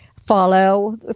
follow